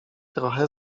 trochę